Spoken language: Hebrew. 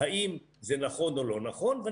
האם זה נכון או לא נכון,